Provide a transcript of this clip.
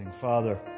Father